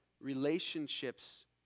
relationships